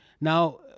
Now